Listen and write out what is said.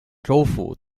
州府